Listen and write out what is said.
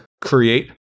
create